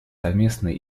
совместные